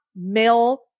male